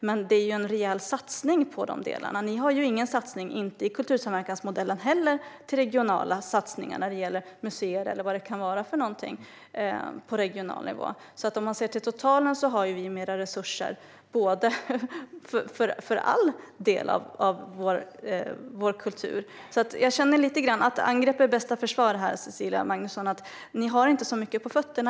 Men det är en rejäl satsning på de delarna. Ni har ju ingen satsning, inte i kultursamverkansmodellen heller, när det gäller museer eller vad det kan vara för någonting på regional nivå. Om man ser till totalen har vi mer resurser för alla delar av vår kultur. Jag känner lite grann att angrepp är bästa försvar, Cecilia Magnusson. Ni har egentligen inte så mycket på fötterna.